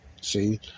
See